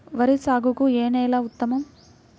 వరి సాగుకు ఏ నేల ఉత్తమం?